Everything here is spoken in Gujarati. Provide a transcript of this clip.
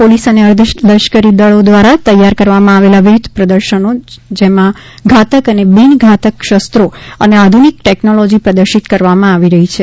પોલીસ અને અર્ધલશ્કરી દળો દ્વારા તૈયાર કરવામાં આવેલા વિવિધ પ્રદર્શનો છે જેમાં ઘાતક અને બિન ઘાતક શસ્ત્રો અને આધુનિક ટેકનોલોજીપ્રદર્શિત કરવામાં આવી છે